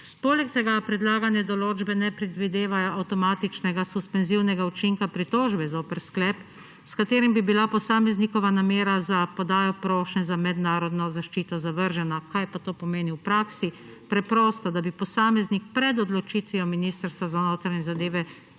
Poleg tega predlagane določbe ne predvidevajo avtomatičnega suspenzivnega učinka pritožbe zoper sklep, s katerim bi bila posameznikova namera za podajo prošnje za mednarodno zaščito zavržena. Kaj pa to pomeni v praksi? Preprosto, da bi posameznik pred odločitvijo Ministrstva za notranje zadeve